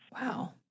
Wow